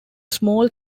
small